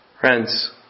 Friends